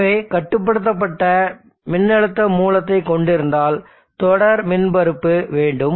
எனவே கட்டுப்படுத்தப்பட்ட மின்னழுத்த மூலத்தைக் கொண்டிருந்தால் தொடர் மின்மறுப்பு வேண்டும்